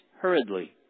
hurriedly